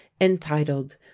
entitled